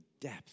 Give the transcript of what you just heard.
depth